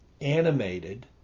animated